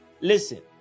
Listen